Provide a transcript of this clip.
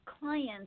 clients